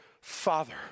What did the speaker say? Father